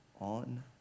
on